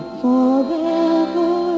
forever